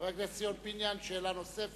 חבר הכנסת ציון פיניאן, שאלה נוספת.